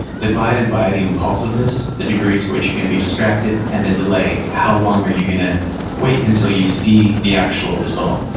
divided by the impulsiveness, the degree to which you're going to be distracted, and the delay, how long are you going to wait until you see the actual result?